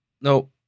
no